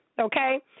okay